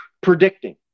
predicting